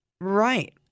right